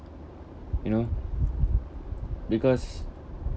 you know because